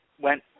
went